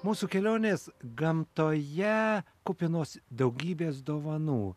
mūsų kelionės gamtoje kupinos daugybės dovanų